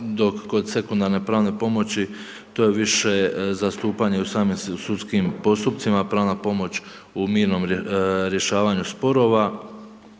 dok kod sekundarne pravne pomoći to je više zastupanje u samim sudskim postupcima, pravna pomoć u mirnom rješavanju sporova,